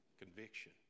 conviction